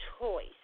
choice